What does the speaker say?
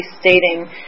stating